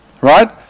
Right